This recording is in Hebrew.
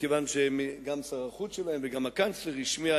כיוון שגם שר החוץ שלהם וגם הקנצלר השמיעו